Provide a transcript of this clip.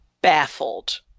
baffled